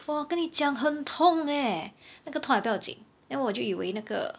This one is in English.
!wah! 跟你讲很痛 eh 那个痛还不要紧 then 我就以为那个